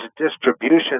distribution